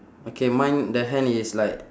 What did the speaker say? okay mine the hand is like